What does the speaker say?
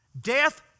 death